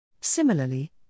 Similarly